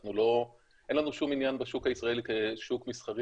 אין לנו שום עניין בשוק הישראלי כשוק מסחרי